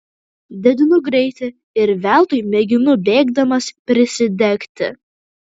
didinu greitį ir veltui mėginu bėgdamas prisidegti